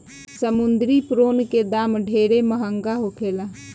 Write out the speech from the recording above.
समुंद्री प्रोन के दाम ढेरे महंगा होखेला